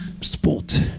sport